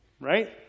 right